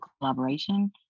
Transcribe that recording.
collaboration